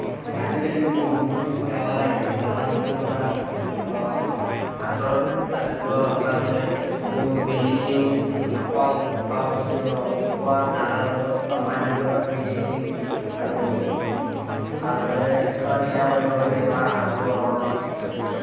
পশু আজিকালিতো বহুত বেমাৰ আহিছে বেমাৰবোৰৰ পৰা আঁতৰত ৰাখিবৰ কাৰণে বহুত মেডিচিন খোৱা খোৱা বস্তু খোৱা দানা লগত বা পানী লগত মেডিচিন আৰু ভালদৰে চোৱা চিতা কৰিব লাগে বা আৰু